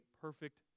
perfect